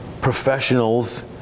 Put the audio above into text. professionals